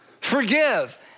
forgive